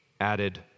added